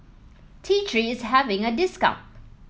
T Three is having a discount